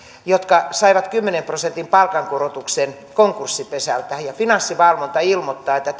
saivat kymmenen prosentin palkankorotuksen konkurssipesältä ja finanssivalvonta ilmoittaa että